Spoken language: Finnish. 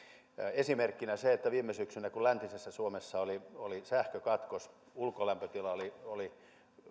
esimerkkinä on se että kun viime syksynä läntisessä suomessa oli oli sähkökatkos ulkolämpötila oli oli